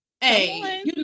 Hey